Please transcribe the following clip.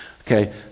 Okay